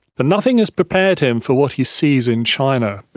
but nothing has prepared him for what he sees in china,